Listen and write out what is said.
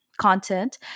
content